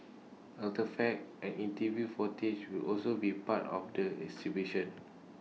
artefacts and interview footage will also be part of the exhibition